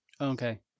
Okay